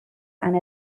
and